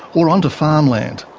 or onto farmland.